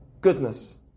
goodness